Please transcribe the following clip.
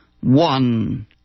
one